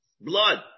blood